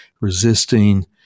resisting